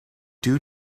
due